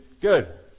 Good